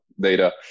data